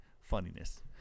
funniness